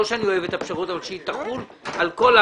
לא שאני אוהב את הפשרות אבל שהיא תחול על כלל